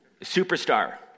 superstar